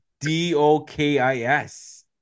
D-O-K-I-S